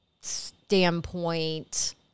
standpoint